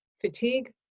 fatigue